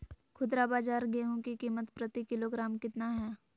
खुदरा बाजार गेंहू की कीमत प्रति किलोग्राम कितना है?